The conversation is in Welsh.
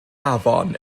afon